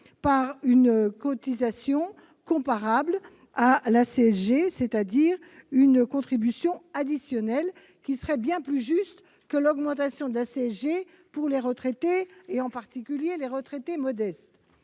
une cotisation comparable à la CSG, c'est-à-dire une contribution additionnelle. Ce serait bien plus juste que l'augmentation de la CSG pour les retraités, en particulier les retraités modestes